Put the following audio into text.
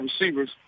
receivers